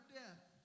death